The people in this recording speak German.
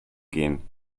gehen